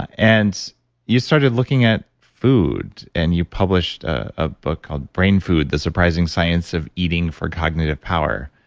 and you started looking at food. and you published a book called brain food the surprising science of eating for cognitive power.